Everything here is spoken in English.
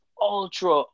ultra